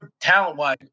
talent-wise